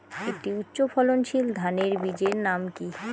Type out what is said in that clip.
একটি উচ্চ ফলনশীল ধানের বীজের নাম কী?